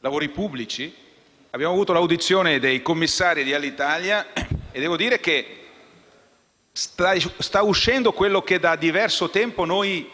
lavori pubblici, abbiamo avuto l'audizione dei commissari di Alitalia e devo dire che sta venendo fuori quello che da diverso tempo noi